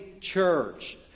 church